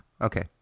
Okay